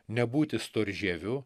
nebūti storžieviu